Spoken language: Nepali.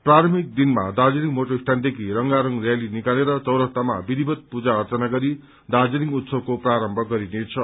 प्रारम्भिक दिनमा दार्जीलिङ मोटर स्टयाण्डदेखि रंगारंग रयाली निकालेर चौरस्तामा विषिवत पूजा अर्चना दार्जीलिङ उत्सवको प्रारम्भ गरिनेछ